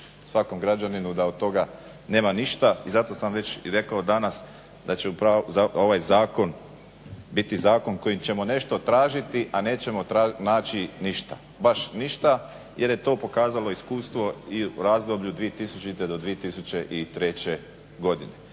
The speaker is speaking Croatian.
svakom građaninu da od toga nema ništa. I zato sam već i rekao danas da će ovaj zakon biti zakon kojim ćemo nešto tražiti, a nećemo naći ništa, baš ništa. Jer je to pokazalo iskustvo i u razdoblju od 2000. do 2003. godine.